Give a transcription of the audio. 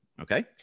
Okay